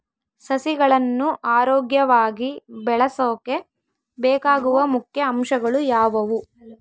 ಸಸಿಗಳನ್ನು ಆರೋಗ್ಯವಾಗಿ ಬೆಳಸೊಕೆ ಬೇಕಾಗುವ ಮುಖ್ಯ ಅಂಶಗಳು ಯಾವವು?